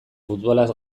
futbolaz